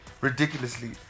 ridiculously